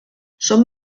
són